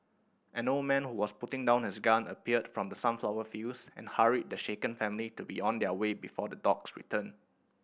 an old man who was putting down his gun appeared from the sunflower fields and hurried the shaken family to be on their way before the dogs return